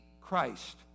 Christ